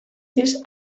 these